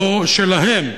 לא שלהם,